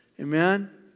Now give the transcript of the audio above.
Amen